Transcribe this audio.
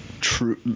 true